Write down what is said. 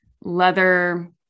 leather